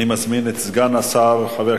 אני מזמין את סגן שר הבריאות,